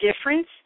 difference